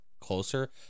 closer